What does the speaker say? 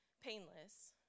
painless